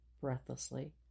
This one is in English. breathlessly